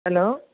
hello